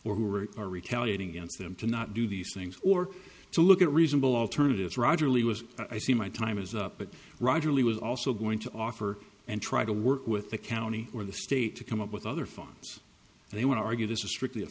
or who are retaliating against them to not do these things or to look at reasonable alternatives roger lee was i see my time is up but roger lee was also going to offer and try to work with the county or the state to come up with other fans and they want to argue this is strictly a